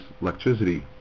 electricity